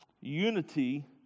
Unity